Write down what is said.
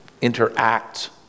interact